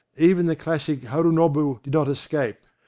even the classic harunobu did not escape.